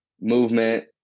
movement